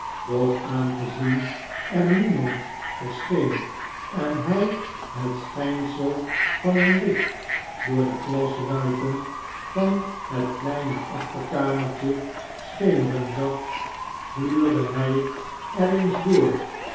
doch aangezien er niemand verscheen en hij het schijnsel van een licht door de glasruiten van het kleine achterkamertje schemeren zag gluurde hij er eens door